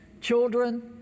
children